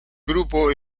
grupo